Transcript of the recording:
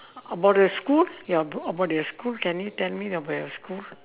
about the school ya ab~ about your school can you tell me about your school